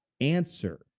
answer